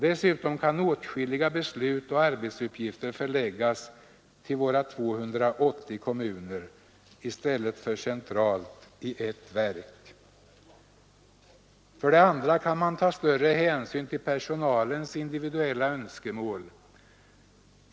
Dessutom kan åtskilliga beslut och arbetsuppgifter förläggas till våra 280 kommuner i stället för centralt i ett verk. För det andra kan man ta större hänsyn till personalens individuella önskemål.